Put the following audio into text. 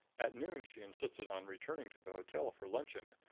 at noon she insisted on returning to the hotel for luncheon,